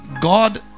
God